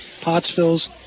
Pottsville's